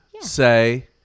say